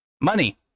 Money